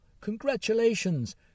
congratulations